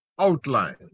outline